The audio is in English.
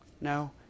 No